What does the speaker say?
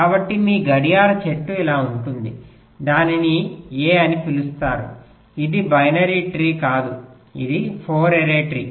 కాబట్టి మీ గడియార చెట్టు ఇలా ఉంటుంది దీనిని a అని పిలుస్తారు ఇది బైనరీ చెట్టు కాదు ఇది 4 ఆరీ చెట్టు